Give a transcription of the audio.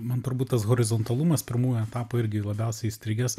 man turbūt tas horizontalumas pirmųjų etapų irgi labiausiai įstrigęs